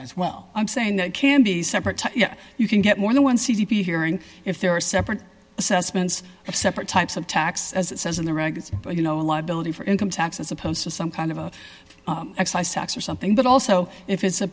as well i'm saying that can be separate you can get more than one c p hearing if there are separate assessments of separate types of tax as it says in the regs you know a liability for income tax as opposed to some kind of excise tax or something but also if it's a